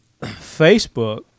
Facebook